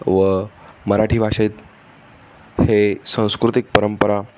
व मराठी भाषेत हे सांस्कृतिक परंपरा